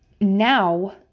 now